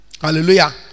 Hallelujah